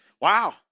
Wow